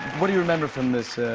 what do you remember from this?